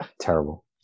terrible